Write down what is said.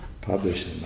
published